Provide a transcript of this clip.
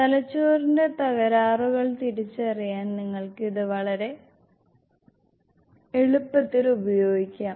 തലച്ചോറിന്റെ തകരാറുകൾ തിരിച്ചറിയാൻ നിങ്ങൾക്ക് ഇത് വളരെ എളുപ്പത്തിൽ ഉപയോഗിക്കാം